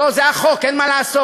לא, זה החוק, אין מה לעשות.